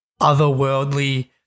otherworldly –